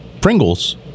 Pringles